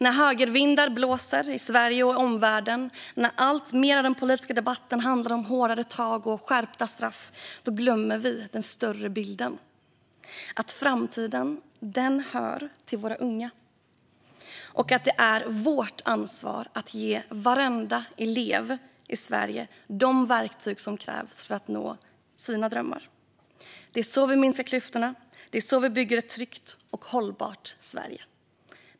När högervindar blåser i Sverige och i omvärlden, när alltmer av den politiska debatten handlar om hårdare tag och skärpta straff, glömmer vi den större bilden - att framtiden hör till våra unga och att det är vårt ansvar att ge varenda elev i Sverige de verktyg som krävs för att nå sina drömmar. Det är så vi minskar klyftorna. Det är så vi bygger ett tryggt och hållbart Sverige.